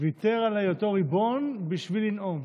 ויתר על היותו ריבון בשביל לנאום.